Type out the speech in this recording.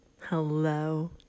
Hello